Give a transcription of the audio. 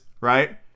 right